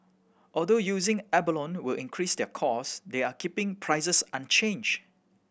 although using abalone will increase their cost they are keeping prices unchanged